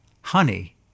honey